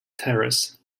terrace